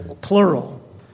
plural